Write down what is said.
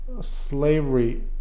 slavery